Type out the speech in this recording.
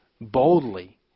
boldly